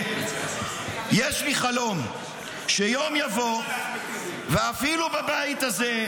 יש לי חלום שיום יבוא ואפילו בבית הזה,